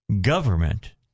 government